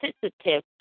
sensitive